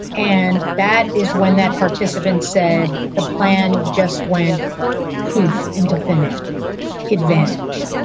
and that is when that participants said the plan just went poof into thin air adventured.